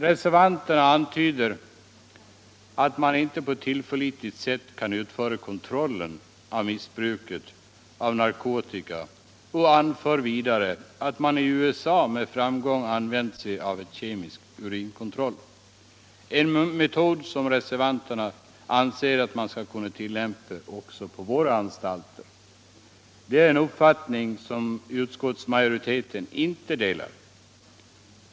| Reservanterna antyder att man inte på tillförlitligt sätt kan kontrollera] missbruk av narkotika och anför vidare att man i USA med framgång! använder kemisk urinkontroll, en metod som reservanterna anser att! man skall kunna tillämpa också på våra anstalter. Det är en äbbraktälngt som utskottsmajoriteten inte delar.